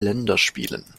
länderspielen